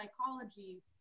psychology